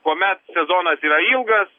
kuomet sezonas yra ilgas